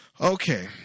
Okay